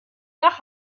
nach